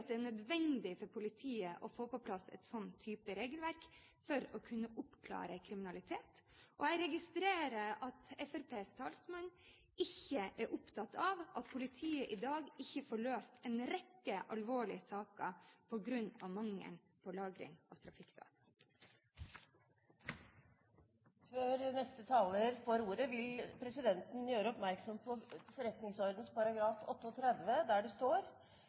fordi det er nødvendig for politiet å få på plass en slik type regelverk for å kunne oppklare kriminalitet. Og jeg registrerer at Fremskrittspartiets talsmann ikke er opptatt av at politiet i dag ikke får løst en rekke alvorlige saker på grunn av mangelen på lagring av trafikkdata. Før neste taler får ordet, vil presidenten gjøre oppmerksom på forretningsordenens § 38, der det står